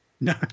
No